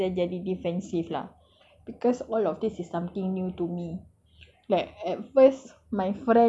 at first sis was like sis dah jadi defensive lah because all of this is something new to me